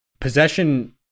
possession